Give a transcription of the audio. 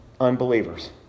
unbelievers